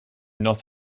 not